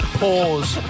pause